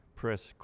press